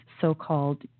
so-called